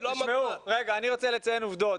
אני רוצה לציין עובדות.